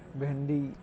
ଭେଣ୍ଡି